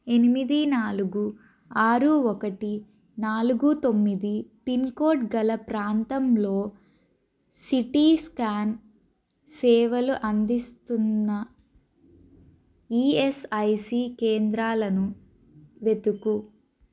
ఎనిమిది నాలుగు ఆరు ఒకటి నాలుగు తొమ్మిది పిన్కోడ్ గల ప్రాంతంలో సిటీ స్క్యాన్ సేవలు అందిస్తున్న ఈఎస్ఐసి కేంద్రాలను వెతుకు